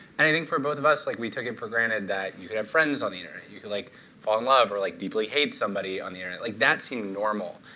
and i think for both of us, like we took it for granted that you could have friends on the internet. you can like fall in love or like deeply hate somebody on the internet. like that seemed normal.